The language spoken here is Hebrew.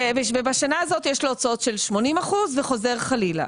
ובשנה הזאת יש לו הוצאות של 80% וחזור חלילה.